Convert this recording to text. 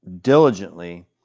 diligently